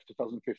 2015